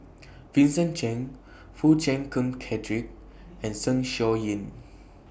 Vincent Cheng Foo Chee Keng Cedric and Zeng Shouyin